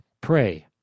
Pray